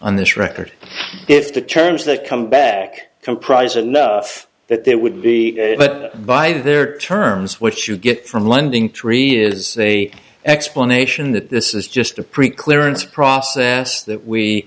on this record if the terms that come back comprise enough that there would be but by their terms which you get from lending tree is a explanation that this is just a pre clearance process that we